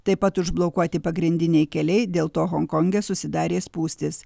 taip pat užblokuoti pagrindiniai keliai dėl to honkonge susidarė spūstys